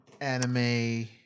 Anime